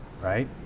right